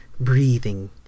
breathing